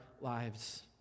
lives